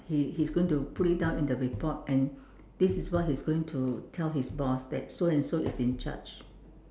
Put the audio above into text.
he he's going to put it down in the report and this is what he is going to tell his boss that so and so in charge